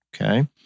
Okay